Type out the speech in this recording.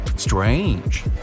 Strange